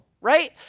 right